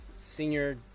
senior